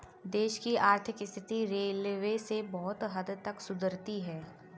देश की आर्थिक स्थिति रेलवे से बहुत हद तक सुधरती है